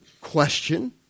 question